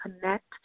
connect